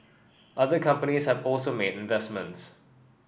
other companies have also made investments